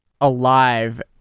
alive